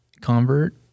convert